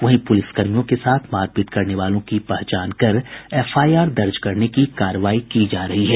वहीं पुलिसकर्मियों के साथ मारपीट करने वालों की पहचान कर एफआईआर दर्ज करने की कार्रवाई की जा रही है